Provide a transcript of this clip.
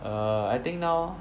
err I think now